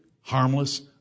harmless